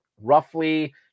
roughly